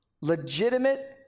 legitimate